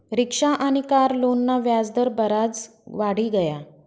rickshaw आनी car लोनना व्याज दर बराज वाढी गया